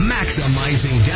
Maximizing